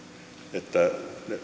että